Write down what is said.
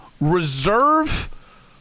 reserve